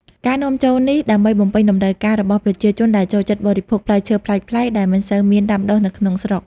ការនាំចូលនេះដើម្បីបំពេញតម្រូវការរបស់ប្រជាជនដែលចូលចិត្តបរិភោគផ្លែឈើប្លែកៗ ដែលមិនសូវមានដាំដុះនៅក្នុងស្រុក។